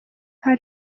aha